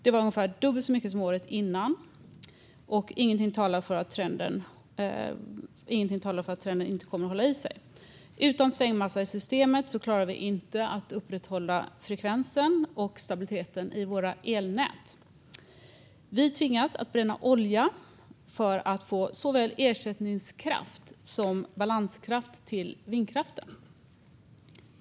Det var ungefär dubbelt så mycket som året innan, och ingenting talar för att trenden inte kommer att hålla i sig. Utan svängmassa i systemet klarar vi inte att upprätthålla frekvensen och stabiliteten i våra elnät. Vi tvingas att bränna olja för att få såväl ersättningskraft som balanskraft till vindkraften.